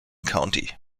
county